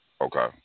Okay